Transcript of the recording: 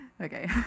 Okay